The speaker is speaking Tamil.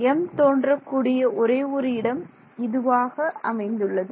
m தோன்றக்கூடிய ஒரே ஒரு இடம் இதுவாக அமைந்துள்ளது